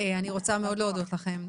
רוצה מאוד להודות לכם.